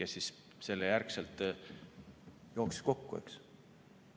kes siis selle järel jooksis kokku. Aga